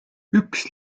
üks